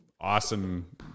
awesome